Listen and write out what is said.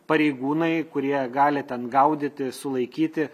pareigūnai kurie gali ten gaudyti sulaikyti